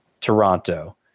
Toronto